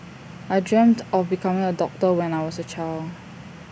I dreamt of becoming A doctor when I was A child